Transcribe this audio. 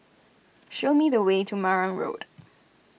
show me the way to Marang Road